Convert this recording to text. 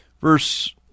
verse